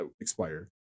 expired